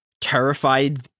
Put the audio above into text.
terrified